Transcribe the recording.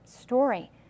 story